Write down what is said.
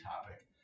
topic